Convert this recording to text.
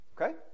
Okay